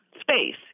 space